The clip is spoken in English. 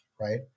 right